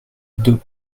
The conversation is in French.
deux